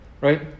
right